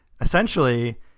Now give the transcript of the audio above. essentially